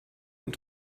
und